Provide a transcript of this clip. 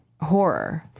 horror